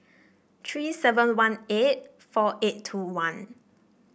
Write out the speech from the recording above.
three seven one eight four eight two one